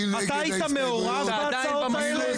אתה היית מעורב בהצעות האלה?